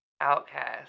Outcast